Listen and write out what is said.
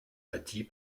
bâtie